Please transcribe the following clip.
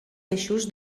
eixos